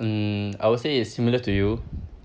mm I would say it's similar to you